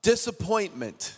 Disappointment